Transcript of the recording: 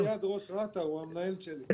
אל תגיד את זה ליד ראש רת"א, הוא המנהל שלי.